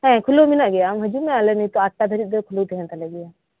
ᱦᱮᱸ ᱠᱷᱩᱞᱟᱹᱣ ᱢᱮᱱᱟᱜ ᱜᱮᱭᱟ ᱟᱢ ᱦᱤᱡᱩᱜ ᱢᱮ ᱟᱞᱮ ᱟᱴᱴᱟ ᱫᱷᱟᱨᱤᱡ ᱫᱚ ᱠᱷᱩᱞᱟᱹᱣ ᱛᱟᱦᱮᱸᱱ ᱛᱟᱞᱮᱭᱟ